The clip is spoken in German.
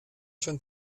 schon